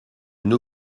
une